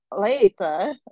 later